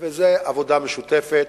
וזו עבודה משותפת,